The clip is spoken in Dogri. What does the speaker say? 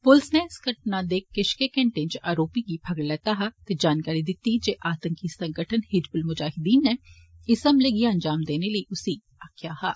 पुलस नै इस घटना दे किष गै घंटै च आरोपी गी फगड़ी लैता हा ते जानकारी दिती जे आतंकी संगठन हिजबुल मुजाहीदीन नै इस हमले गी अंजाम देने लेई उसी आक्खे दा हा